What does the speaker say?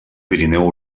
pirineu